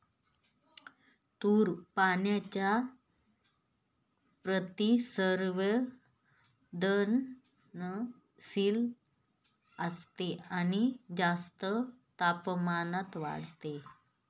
तूर पाण्याच्या प्रति संवेदनशील असते आणि जास्त तापमानात वाढते